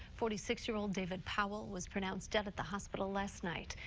forty six year old david powell, was pronounced dead at the hospital last night.